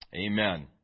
Amen